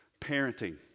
Parenting